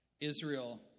Israel